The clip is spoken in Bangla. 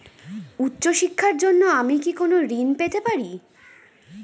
উচ্চশিক্ষার জন্য আমি কি কোনো ঋণ পেতে পারি?